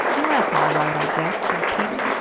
well, that's all right, i guess, said pete,